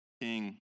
king